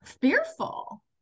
fearful